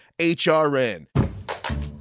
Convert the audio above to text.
hrn